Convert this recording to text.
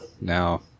Now